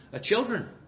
children